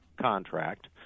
contract